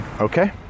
Okay